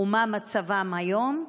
מה מצבם היום?